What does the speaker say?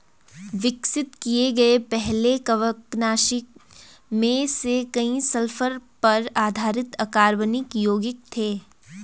विकसित किए गए पहले कवकनाशी में से कई सल्फर पर आधारित अकार्बनिक यौगिक थे